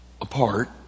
apart